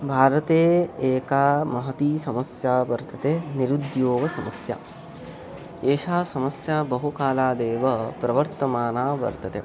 भारते एका महती समस्या वर्तते निरुद्योगसमस्या एषा समस्या बहुकालादेव प्रवर्तमाना वर्तते